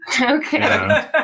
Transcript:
Okay